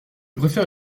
préfère